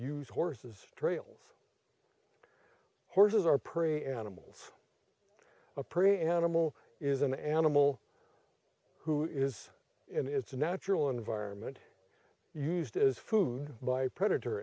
use horses trails horses are prey animals a pretty animal is an animal who is in its natural environment used as food by predator